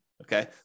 okay